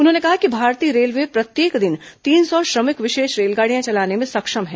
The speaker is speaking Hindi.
उन्होंने कहा कि भारतीय रेलवे प्रत्येक दिन तीन सौ श्रमिक विशेष रेलगाड़ियां चलाने में सक्षम है